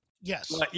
yes